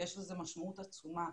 יש לזה משמעות עצומה.